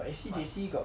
换